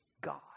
God